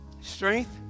strength